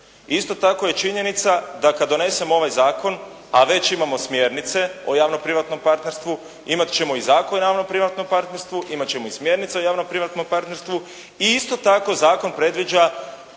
Isto tako je činjenica da kad donesemo ovaj zakon, a već imamo smjernice o javno-privatnom partnerstvu, imati ćemo i Zakon o javno-privatnom partnerstvu, imati ćemo i smjernice o javno-privatnom partnerstvu i isto tako zakon predviđa